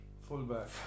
fullback